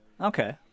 Okay